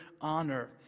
honor